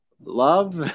love